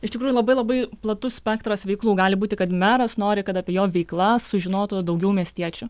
iš tikrųjų labai labai platus spektras veiklų gali būti kad meras nori kad apie jo veiklas sužinotų daugiau miestiečių